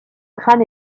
crâne